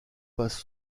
passe